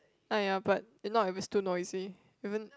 !aiya! but if not it was too noisy even